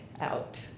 out